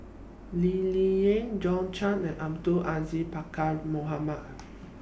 Lee Ling Yen John Clang and Abdul Aziz Pakkeer Mohamed